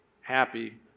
happy